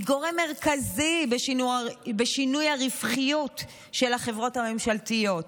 גורם מרכזי בשינוי הרווחיות של החברות הממשלתיות.